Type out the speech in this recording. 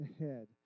ahead